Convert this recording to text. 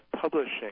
publishing